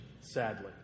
sadly